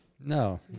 No